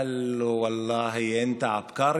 אמר לו: בחיי, אתה גאון,